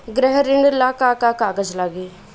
गृह ऋण ला का का कागज लागी?